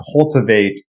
cultivate